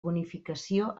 bonificació